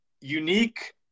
unique